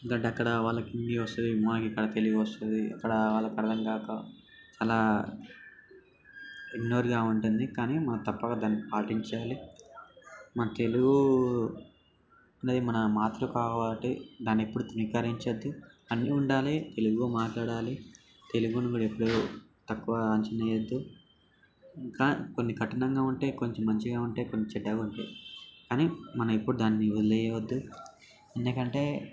ఎందుకంటే అక్కడ వాళ్ళకి హిందీ వస్తుంది మాకు ఇక్కడ తెలుగు వస్తుంది ఇక్కడా వాళ్ళకి అర్ధం కాక చాలా ఇగ్నోర్గా ఉంటుంది కానీ మనం తప్పక దాన్ని పాటించాలి మన తెలుగు అనేది మన మాతృ కాబట్టి దాన్ని ఎప్పుడూ తృణీకరించవద్దు అన్నీ ఉండాలి తెలుగు మాట్లాడాలి తెలుగును కూడా ఎప్పుడూ తక్కువ అంచనా వేయవద్దు కా కొన్ని కఠినంగా ఉంటాయి కొంచెం మంచిగా ఉంటాయి కొన్ని చెడ్డగా ఉంటాయి కాని మనం ఎప్పుడు దాన్ని వదిలేయవద్దు